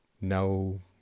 no